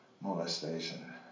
Molestation